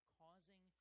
causing